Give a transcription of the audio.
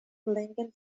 lincoln